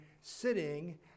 sitting